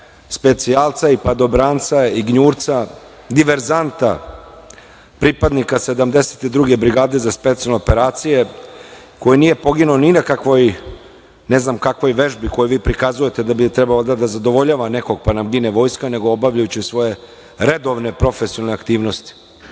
specijalca i padobranca i gnjurca, diverzanta, pripadnika 72. brigade za specijalne operacije, koji nije poginuo ni na kakvoj ne znam kakvoj vežbi koju vi prikazujete da bi trebalo valjda da zadovoljava nekog pa nam gine vojska, nego obavljajući svoje redovne profesionalne aktivnosti.